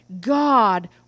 god